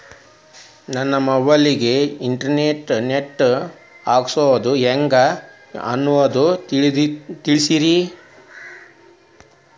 ನನ್ನ ಮೊಬೈಲ್ ಗೆ internet ಹಾಕ್ಸೋದು ಹೆಂಗ್ ಅನ್ನೋದು ತಿಳಸ್ರಿ